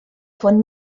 von